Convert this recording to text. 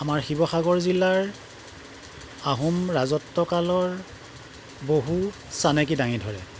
আমাৰ শিৱসাগৰ জিলাৰ আহোম ৰাজত্বকালৰ বহু চানেকি দাঙি ধৰে